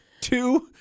Two